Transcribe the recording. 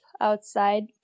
outside